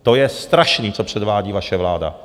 To je strašný, co předvádí vaše vláda.